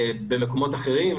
במקומות אחרים,